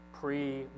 pre